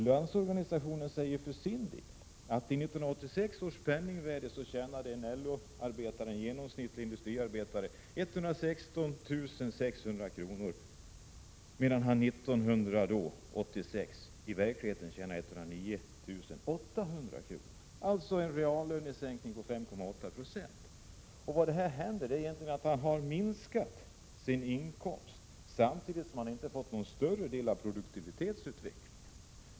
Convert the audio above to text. Landsorganisationen säger för sin del att en LO-arbetare, en vanlig industriarbetare, tjänade i 1986 års penningvärde i genomsnitt 116 600 kr., medan han i verkligheten tjänade 109 800 kr., alltså en reallönesänkning på 5,8 20. Han har egentligen fått sin inkomst minskad, samtidigt som han inte fått någon större del av produktivitetsutvecklingen.